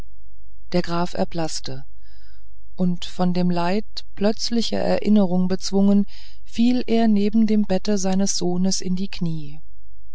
der graf erblaßte und von dem leid plötzlicher erinnerung bezwungen fiel er neben dem bette seines sohnes in die knie